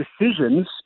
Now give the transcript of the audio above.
decisions